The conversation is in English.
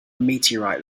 meteorite